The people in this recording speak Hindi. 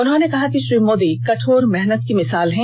उन्होंने कहा कि श्री मोदी कठोर मेहनत की मिसाल हैं